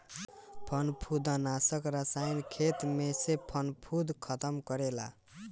फंफूदनाशक रसायन खेत में से फंफूद खतम करेला